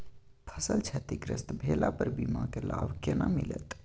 फसल क्षतिग्रस्त भेला पर बीमा के लाभ केना मिलत?